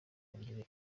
yongera